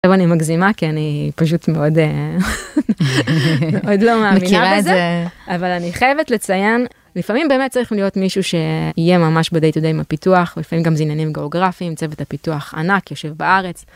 עכשיו אני מגזימה כי אני פשוט מאוד עוד לא מאמינה בזה, מכירה את זה אבל אני חייבת לציין, לפעמים באמת צריך להיות מישהו שיהיה ממש ב day to day עם הפיתוח, לפעמים גם זה עניינים גאוגרפיים, צוות הפיתוח ענק, יושב בארץ.